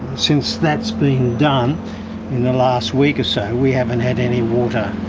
since that's been done in the last week or so, we haven't had any water